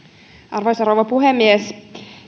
arvoisa rouva puhemies